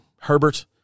Herbert